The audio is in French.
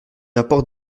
importe